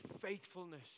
faithfulness